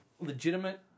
Legitimate